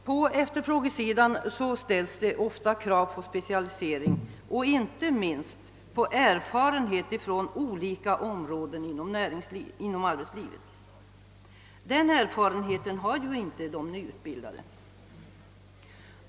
På arbetsmarknaden ställs ofta krav på specialisering och inte minst på erfarenhet från olika områden inom arbetslivet. Någon erfarenhet har inte de nyutbildade.